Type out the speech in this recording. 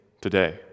today